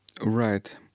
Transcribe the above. right